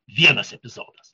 vienas epizodas